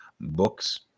books